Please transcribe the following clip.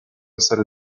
essere